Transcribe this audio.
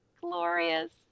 glorious